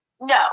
No